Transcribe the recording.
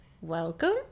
welcome